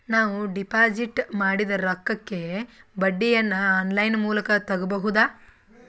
ನಾವು ಡಿಪಾಜಿಟ್ ಮಾಡಿದ ರೊಕ್ಕಕ್ಕೆ ಬಡ್ಡಿಯನ್ನ ಆನ್ ಲೈನ್ ಮೂಲಕ ತಗಬಹುದಾ?